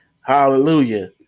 Hallelujah